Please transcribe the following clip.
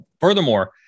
Furthermore